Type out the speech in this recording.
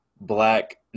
black